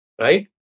Right